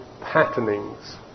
patternings